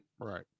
right